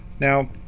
Now